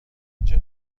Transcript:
اینجا